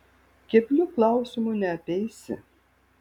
keblių klausimų neapeisi